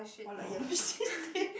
one like yellow shitting~